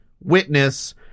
witness